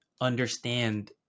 understand